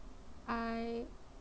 I